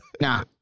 Nah